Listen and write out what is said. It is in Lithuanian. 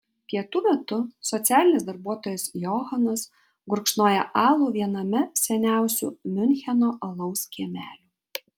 pietų metu socialinis darbuotojas johanas gurkšnoja alų viename seniausių miuncheno alaus kiemelių